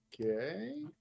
Okay